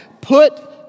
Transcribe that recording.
put